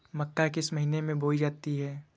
मक्का किस महीने में बोई जाती है?